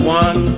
one